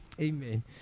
Amen